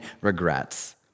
regrets